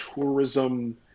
tourism